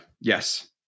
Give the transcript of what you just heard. Yes